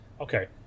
okay